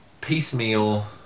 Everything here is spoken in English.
Piecemeal